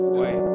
wait